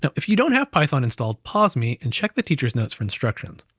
if you don't have python installed, pause me, and check the teacher's notes for instructions.